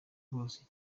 hose